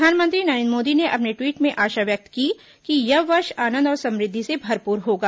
प्रधानमंत्री नरेंद्र मोदी ने अपने ट्वीट में आशा व्यक्त की कि यह वर्ष आनंद और समृद्धि से भरपूर होगा